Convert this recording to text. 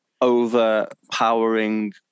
overpowering